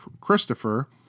Christopher